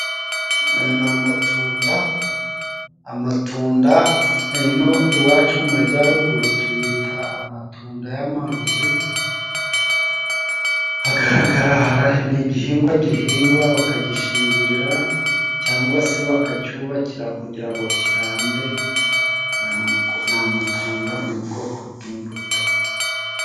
Aya ni amatunda, amatunda ino iwacu mu majyaruguru tuyita amatunda y'amarozi, agaragara ni igihingwa gihingwa bakagishingirira, cyangwa se bakacyubakira, kugira ngo kirande ni amatunda, ni ubwoko bw'imbuto.